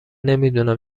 نمیدونم